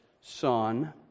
son